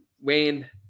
Wayne